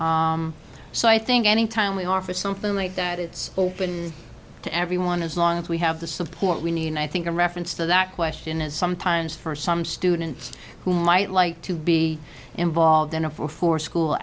so i think anytime we offer something like that it's open to everyone as long as we have the support we need and i think a reference to that question is sometimes for some students who might like to be involved in a four four school